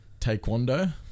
taekwondo